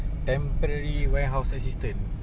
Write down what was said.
prefer to hear podcast